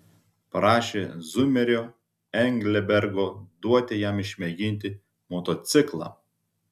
prašė zumerio englebergo duoti jam išmėginti motociklą